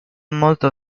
molto